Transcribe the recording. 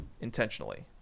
intentionally